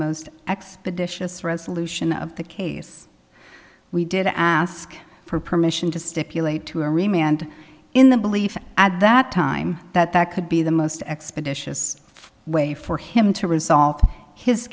most expeditious resolution of the case we did ask for permission to stipulate to every mand in the belief at that time that that could be the most expeditious way for him to resolve his